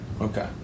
okay